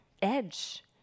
edge